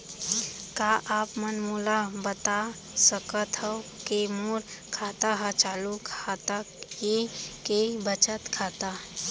का आप मन मोला बता सकथव के मोर खाता ह चालू खाता ये के बचत खाता?